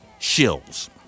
shills